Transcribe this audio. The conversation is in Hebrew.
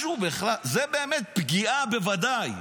זו באמת פגיעה, בוודאי,